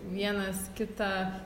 vienas kitą